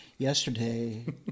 Yesterday